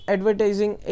Advertising